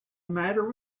matter